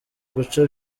guca